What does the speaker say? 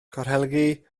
corhelgi